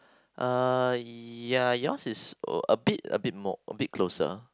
uh ya yours is o~ a bit a bit more a bit closer